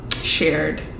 shared